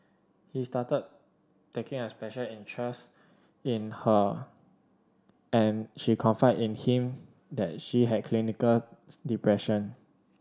he started taking a special interest in her and she confided in him that she had clinical depression